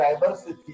diversity